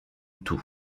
tout